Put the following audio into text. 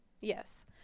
Yes